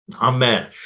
amen